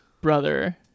brother